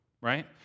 right